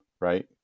right